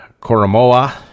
Koromoa